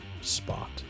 spot